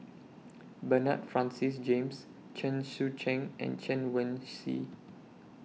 Bernard Francis James Chen Sucheng and Chen Wen Hsi